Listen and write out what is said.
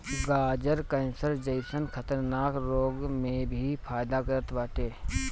गाजर कैंसर जइसन खतरनाक रोग में भी फायदा करत बाटे